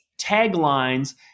taglines